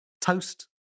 toast